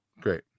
Great